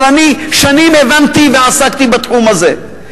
אבל אני שנים הבנתי ועסקתי בתחום הזה.